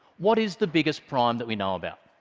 what is the biggest prime that we know about?